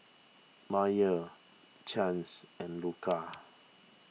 Myah Chace and Luka